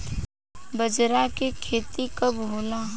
बजरा के खेती कब होला?